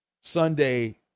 Sunday